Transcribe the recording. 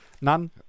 None